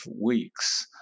weeks